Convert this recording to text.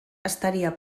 estaria